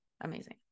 amazing